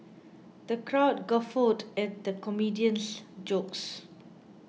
the crowd guffawed at the comedian's jokes